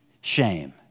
shame